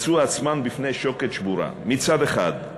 מצאו עצמן בפני שוקת שבורה, מצד אחד,